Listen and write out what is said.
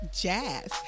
Jazz